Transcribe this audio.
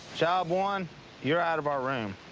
job one you're out of our room.